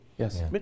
Yes